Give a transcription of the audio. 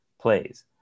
plays